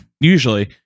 usually